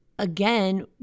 again